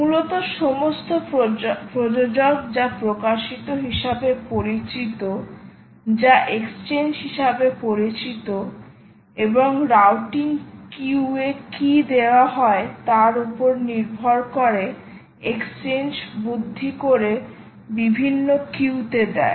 মূলত সমস্ত প্রযোজক যা প্রকাশিত হিসাবে পরিচিত যা এক্সচেঞ্জ হিসাবে পরিচিত এবং রাউটিং কিউ এ কী দেওয়া হয় তার উপর নির্ভর করে এক্সচেঞ্জ বুদ্ধি করে বিভিন্ন কিউ তে দেয়